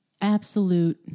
absolute